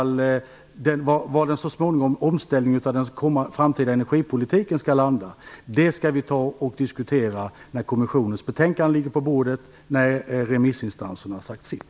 Var en omställning av den framtida energipolitiken så småningom skall landa skall vi diskutera när kommissionens betänkande ligger på bordet och när remissinstanserna har sagt sitt.